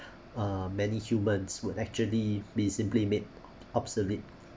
uh many humans would actually be simply made obsolete